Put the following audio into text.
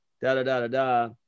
da-da-da-da-da